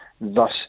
thus